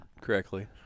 correctly